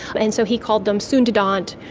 and so he called them sundadont,